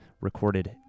recorded